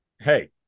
hey